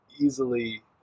easily